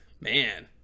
man